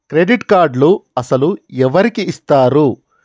Credit కార్డులు అసలు ఎవరికి ఇస్తారు?